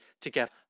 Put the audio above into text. together